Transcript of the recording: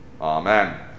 Amen